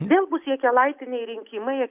vėl bus jakelaitiniai rinkimai